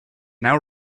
now